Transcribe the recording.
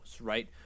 right